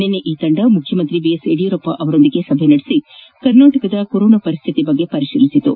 ನಿನ್ನೆ ಈ ತಂಡ ಮುಖ್ಯಮಂತ್ರಿ ಯಡಿಯೂರಪ್ಪ ಅವರೊಂದಿಗೆ ಸಭೆ ನಡೆಸಿ ಕರ್ನಾಟಕದ ಪರಿಸ್ತಿತಿ ಬಗ್ಗೆ ಪರಿಶೀಲಿಸಿತು